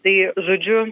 tai žodžiu